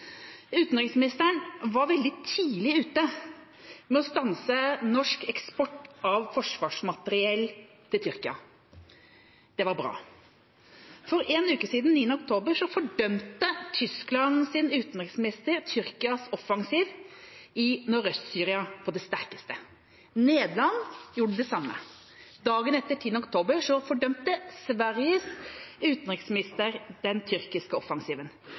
Utenriksministeren var veldig tidlig ute med å stanse norsk eksport av forsvarsmateriell til Tyrkia. Det var bra. For en uke siden, 9. oktober, fordømte Tysklands utenriksminister Tyrkias offensiv i Nordøst-Syria på det sterkeste. Nederland gjorde det samme. Dagen etter, 10. oktober, fordømte Sveriges utenriksminister den tyrkiske offensiven.